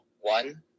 one